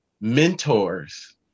mentors